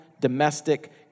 domestic